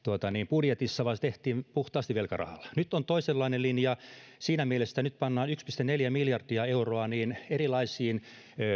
budjetissa vaan se tehtiin puhtaasti velkarahalla nyt on toisenlainen linja siinä mielessä että nyt pannaan yksi pilkku neljä miljardia euroa erilaisiin